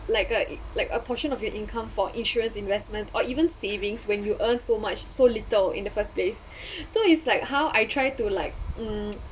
like a like a portion of your income for insurance investments or even savings when you earn so much so little in the first place so it's like how I try to like mm